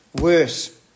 worse